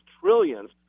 trillions